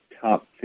top